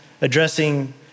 addressing